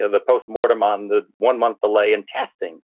ah the post-mortem on the one month delay in testing.